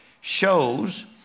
shows